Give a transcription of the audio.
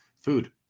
food